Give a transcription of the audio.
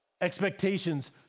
Expectations